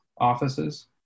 offices